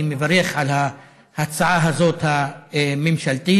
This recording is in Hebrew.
אני מברך על ההצעה הזאת, הממשלתית.